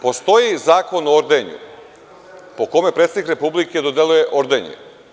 Postoji Zakon o ordenju po kome predsednik republike dodeljuje ordenje.